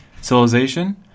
civilization